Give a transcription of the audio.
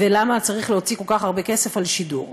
ולמה צריך להוציא כל כך הרבה כסף על שידור.